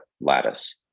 lattice